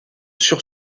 sur